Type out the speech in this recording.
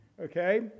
okay